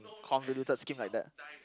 convoluted scheme like that